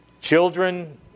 children